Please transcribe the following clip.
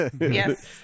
Yes